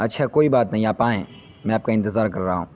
اچھا کوئی بات نہیں آپ آئیں میں آپ کا انتظار کر رہا ہوں